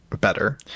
Better